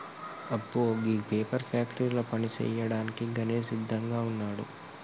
అబ్బో గీ పేపర్ ఫ్యాక్టరీల పని సేయ్యాడానికి గణేష్ సిద్దంగా వున్నాడు